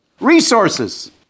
resources